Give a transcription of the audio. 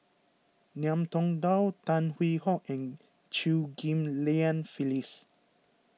Ngiam Tong Dow Tan Hwee Hock and Chew Ghim Lian Phyllis